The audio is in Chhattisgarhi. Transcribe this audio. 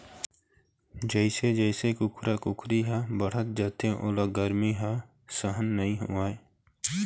जइसे जइसे कुकरा कुकरी ह बाढ़त जाथे ओला गरमी ह सहन नइ होवय